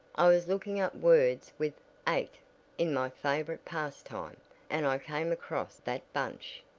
i was looking up words with ate in my favorite pastime and i came across that bunch.